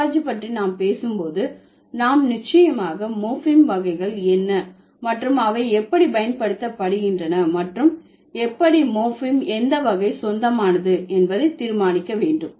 typology பற்றி நாம் பேசும் போது நாம் நிச்சயமாக மோர்பீம்கள் வகைகள் என்ன மற்றும் அவை எப்படி பயன்படுத்தப்படுகின்றன மற்றும் எப்படி மோர்பீம் எந்த வகை சொந்தமானது என்பதை தீர்மானிக்க வேண்டும்